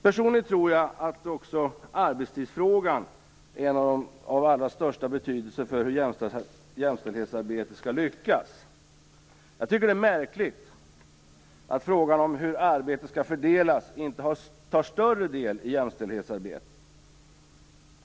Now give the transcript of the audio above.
Personligen tror jag att också arbetstidsfrågan är av allra största betydelse för hur jämställdhetsarbetet skall lyckas. Jag tycker att det är märkligt att frågan om hur arbetet skall fördelas inte upptar en större del av jämställdhetsarbetet.